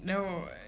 no